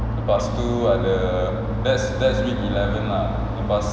lepas tu ada are the that's that's week eleven lah